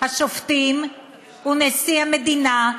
השופטים ונשיא המדינה,